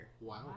Wow